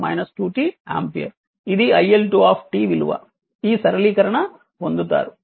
ఇది iL2 విలువ ఈ సరళీకరణ పొందుతారు